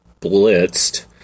blitzed